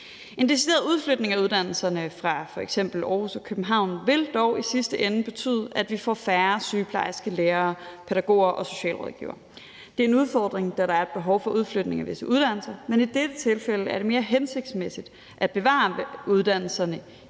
En decideret udflytning af uddannelserne fra f.eks. Aarhus og København vil dog i sidste ende betyde, at vi får færre sygeplejersker, lærere, pædagoger og socialrådgivere. Det er en udfordring, da der er et behov for udflytning af visse uddannelser, men i dette tilfælde er det mere hensigtsmæssigt at bevare uddannelserne